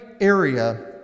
area